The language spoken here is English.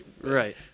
right